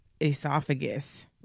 esophagus